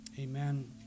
amen